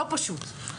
לא פשוט.